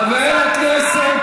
השר פאשיסט,